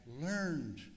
learned